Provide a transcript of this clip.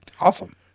Awesome